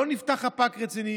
לא נפתח חפ"ק רציני.